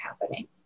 happening